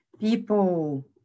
People